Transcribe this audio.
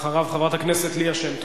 אחריו, חברת הכנסת ליה שמטוב.